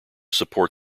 support